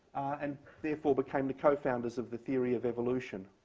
and therefore became the co-founders of the theory of evolution.